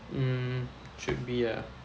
mm should be ah